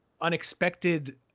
unexpected